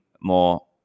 more